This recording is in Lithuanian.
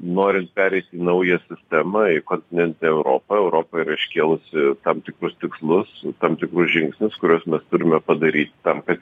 norint pereiti į naują sistemą į kontinentinę europą europa yra iškėlusi tam tikrus tikslus tam tikrus žingsnius kuriuos mes turime padaryti tam kad